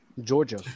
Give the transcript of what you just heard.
Georgia